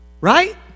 Right